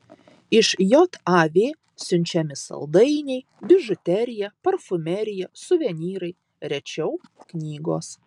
iš jav siunčiami saldainiai bižuterija parfumerija suvenyrai rečiau knygos